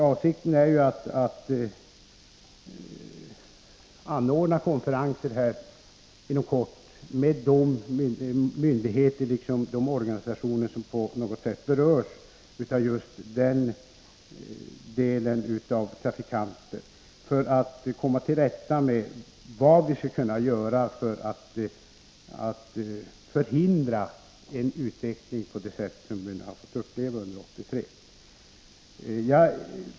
Avsikten är att det inom kort skall anordnas konferenser med de myndigheter och organisationer som på något sätt berörs, så att vi skall kunna komma underfund med vad som bör göras för att bryta den utveckling som vi haft under 1983.